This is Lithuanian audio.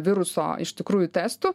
viruso iš tikrųjų testu